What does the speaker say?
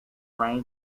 range